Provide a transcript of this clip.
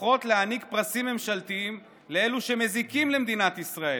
בוחרות להעניק פרסים ממשלתיים לאלו שמזיקים למדינת ישראל.